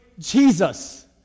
Jesus